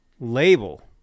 label